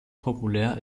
populär